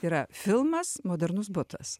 yra filmas modernus butas